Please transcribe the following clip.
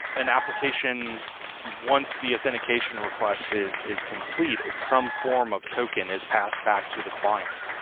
an application once the authentication request is is complete, it's some form of token is passed back to the client,